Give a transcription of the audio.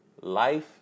life